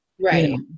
right